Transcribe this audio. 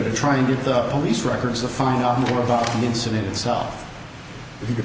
to try and get the police records to find out more about the incident itself if you could